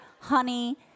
honey